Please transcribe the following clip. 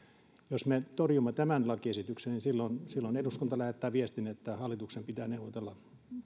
jos me torjumme tämän lakiesityksen niin silloin silloin eduskunta lähettää viestin että hallituksen pitää neuvotella